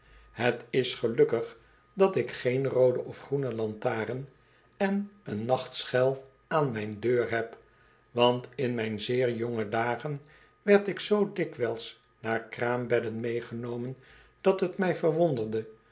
het is gelukkig dat ik geen roode of groene lantaren en een nachtschei aan mijn deur heb want in mijn zeer jonge dagen werd ik zoo dikwijls naar kraambedden meegenomen dat t mij verwonderde